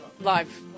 live